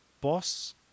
boss